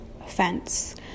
offense